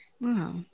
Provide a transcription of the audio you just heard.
wow